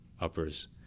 uppers